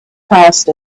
passed